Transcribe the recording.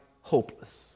hopeless